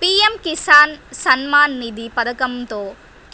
PM Kisan Samman Nidhi పథకంతో